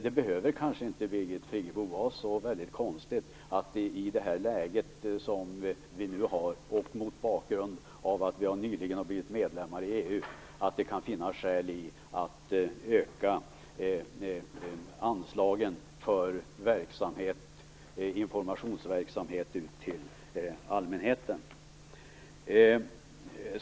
Det behöver kanske inte, Birgit Friggebo, vara så väldigt konstigt att det i nuvarande läge och mot bakgrund av att vi nyligen har blivit medlemmar i EU kan finnas skäl att öka anslagen för informationsverksamhet som riktar sig till allmänheten.